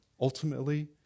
Ultimately